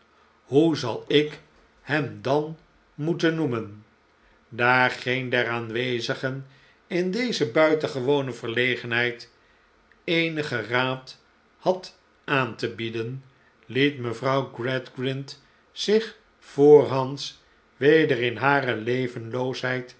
hoe zal ik hem dan moeten noemen daar geen der aanwezigen in deze buitengewone verlegenheid eenigen raad had aan te bieden liet mevrouw gradgrind zich voorshands weder in hare